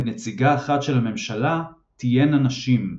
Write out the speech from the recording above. ונציגה אחת של הממשלה תהיינה נשים.